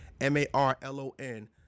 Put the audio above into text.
M-A-R-L-O-N